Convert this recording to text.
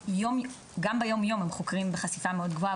גם ביום-יום הם חוקרים בחשיפה מאוד גבוהה,